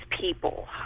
people